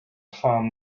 farm